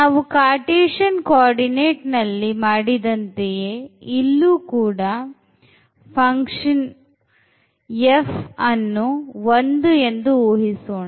ನಾವು cartesian coordinateನಲ್ಲಿ ಮಾಡಿದಂತೆಯೇ ಇಲ್ಲೂ ಕೂಡ function f 1 ಎಂದು ಊಹಿಸೋಣ